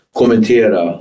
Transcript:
kommentera